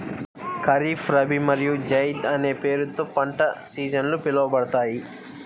ఖరీఫ్, రబీ మరియు జైద్ అనే పేర్లతో పంట సీజన్లు పిలవబడతాయి